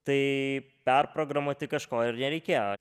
tai perprogramuoti kažko ir nereikėjo